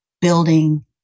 building